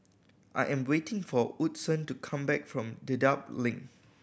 I am waiting for Woodson to come back from Dedap Link